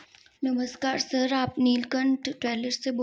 नमस्कार सर आप नीलकंठ ट्रेवल्स से बोल रहे हैं